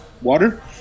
water